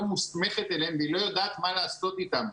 מוסמכת אליהם והיא לא יודעת מה לעשות איתם.